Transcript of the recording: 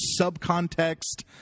subcontext